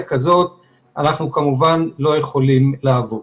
כזאת אנחנו כמובן לא יכולים לעבוד.